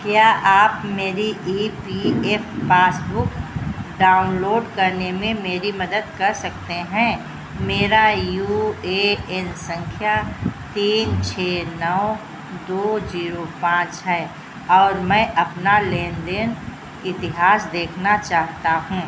क्या आप मेरी E P F passbook download करने में मेरी मदद कर सकते हैं मेरा यू ए एन संख्या तीन छः नौ दो जीरो पाँच है और मैं अपना लेन देन इतिहास देखना चाहता हूँ